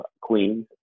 Queens